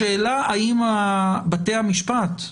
השאלה האם בתי המשפט,